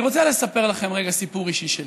אני רוצה לספר לכם רגע סיפור אישי שלי.